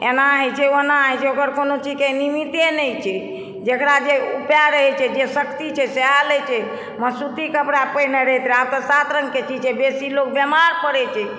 एना होइ छै ओना होइ छै ओकर कोनो चीजके निमिते नहि छै जकरा जे उपाय रहैत छै जे शक्ति छै सएह लै छै म सूती कपड़ा पहिने रहैत रहय आब तऽ सात रङ्गके चीज छै बेसी लोक बीमार पड़ैत छै